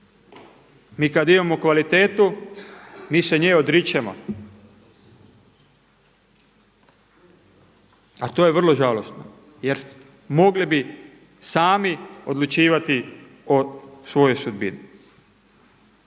Mi kada imamo kvalitetu mi se nje odričemo, a to je vrlo žalosno jer mogli bi sami odlučivati o svojoj sudbini.